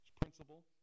principle